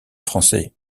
français